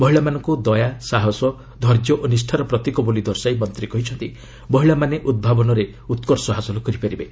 ମହିଳାମାନଙ୍କୁ ଦୟା ସାହସ ଧୈର୍ଯ୍ୟ ଓ ନିଷ୍ଠାର ପ୍ରତୀକ ବୋଲି ଦର୍ଶାଇ ମନ୍ତ୍ରୀ କହିଛନ୍ତି ମହିଳାମାନେ ଉଭାବନରେ ଉତ୍କର୍ଷ ହାସଲ କରିପାରିବେ